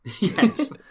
Yes